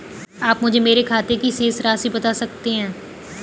आप मुझे मेरे खाते की शेष राशि बता सकते हैं?